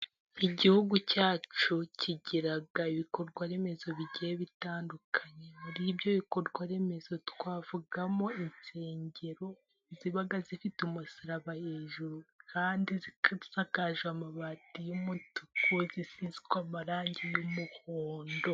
Igihugu cyacu, kigira ibikorwa remezo bigiye bitandukanye, muri ibyo bikorwaremezo twavugamo insengero, ziba zifite umusaraba hejuru, kandi zisakaje amabati y'umutuku, zisizwe amarangi y'umuhondo.